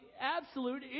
absolute